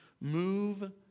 move